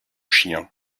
chien